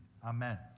Amen